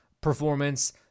performance